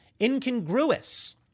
incongruous